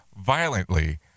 violently